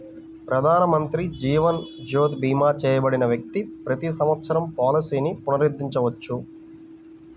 ప్రధానమంత్రి జీవన్ జ్యోతి భీమా చేయబడిన వ్యక్తి ప్రతి సంవత్సరం పాలసీని పునరుద్ధరించవచ్చు